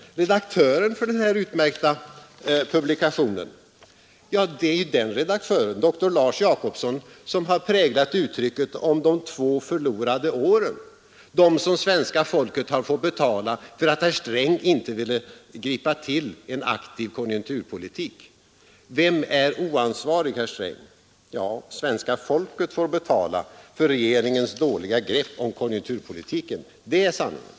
Det är ju redaktören för den här utmärkta publikationen, dr Lars Jacobsson, som har präglat uttrycket ”de två förlorade åren” — åren som svenska folket får betala därför att herr Sträng inte ville gripa till en aktiv konjunkturpolitik. Vem är oansvarig, herr Sträng? Svenska folket får betala för regeringens dåliga grepp om konjunkturpolitiken, det är sanningen.